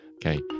Okay